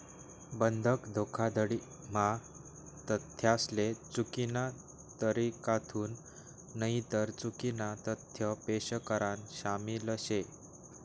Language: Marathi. बंधक धोखाधडी म्हा तथ्यासले चुकीना तरीकाथून नईतर चुकीना तथ्य पेश करान शामिल शे